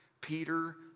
Peter